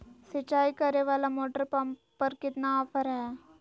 सिंचाई करे वाला मोटर पंप पर कितना ऑफर हाय?